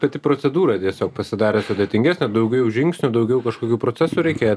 pati procedūra tiesiog pasidarė sudėtingesnė daugiau žingsnių daugiau kažkokių procesų reikia